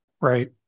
Right